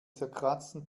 zerkratzten